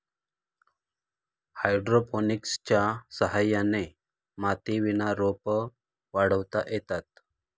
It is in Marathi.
हायड्रोपोनिक्सच्या सहाय्याने मातीविना रोपं वाढवता येतात